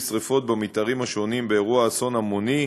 שרפות במתארים השונים באירוע אסון המוני,